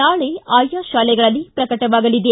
ನಾಳೆ ಆಯಾ ಶಾಲೆಗಳಲ್ಲಿ ಪ್ರಕಟವಾಗಲಿದೆ